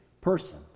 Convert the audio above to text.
person